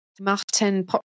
Martin